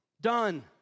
Done